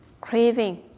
craving